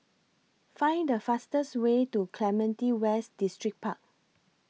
Find The fastest Way to Clementi West Distripark